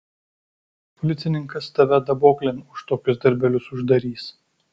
policininkas tave daboklėn už tokius darbelius uždarys